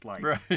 Right